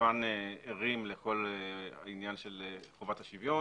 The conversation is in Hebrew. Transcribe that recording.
כמובן אנחנו ערים לחובת השוויון,